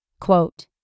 quote